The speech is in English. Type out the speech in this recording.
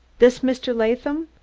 this mr. latham.